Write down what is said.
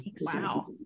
Wow